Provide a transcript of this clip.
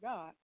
God